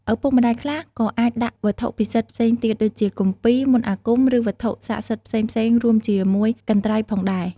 ឪពុកម្តាយខ្លះក៏អាចដាក់វត្ថុពិសិដ្ឋផ្សេងទៀតដូចជា គម្ពីរ មន្តអាគម ឬវត្ថុស័ក្តិសិទ្ធិផ្សេងៗរួមជាមួយកន្ត្រៃផងដែរ។